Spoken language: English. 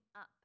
up